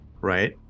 Right